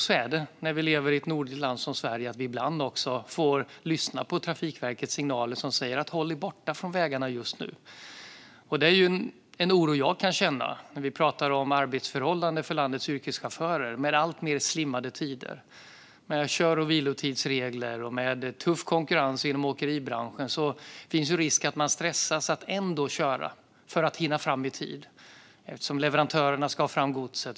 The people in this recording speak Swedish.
Så är det när vi lever i ett nordligt land som Sverige. Vi får ibland lyssna på Trafikverkets signaler som säger: Håll er borta från vägarna just nu! Det är en oro jag kan känna när vi talar om arbetsförhållanden för landets yrkeschaufförer. Med alltmer slimmade tider, kör och vilotidsregler och tuff konkurrens inom åkeribranschen finns risk att man stressas att ändå köra för att hinna fram i tid eftersom leverantörerna ska ha fram godset.